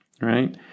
right